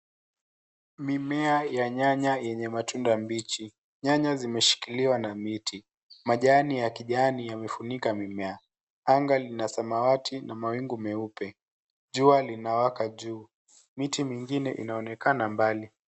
Mimea ya nyanya yenye matunda mbichi. Nyanya zimeshikiliwa na miti. Majani ya kijani yamefunika mimea. Anga lina samawati na mawingu meupe. Jua linawaka juu. Miti mingine inaonekana mbali.